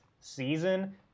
season